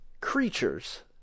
creatures